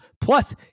Plus